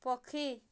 ପକ୍ଷୀ